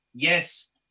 Yes